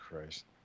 Christ